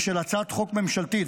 ושל הצעת חוק ממשלתית.